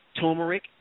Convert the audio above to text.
turmeric